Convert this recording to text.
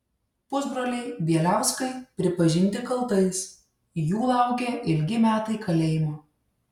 pusbroliai bieliauskai pripažinti kaltais jų laukia ilgi metai kalėjimo